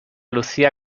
lucía